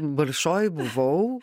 bolšoj buvau